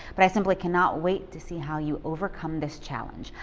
but i simply cannot wait to see how you overcome this challenge.